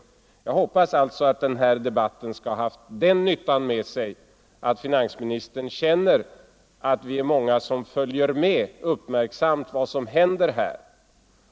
Jag hoppas alltså att den här debatten skall ha haft den nyttan med sig att finansministern känner att vi är många som uppmärksamt följer vad som händer.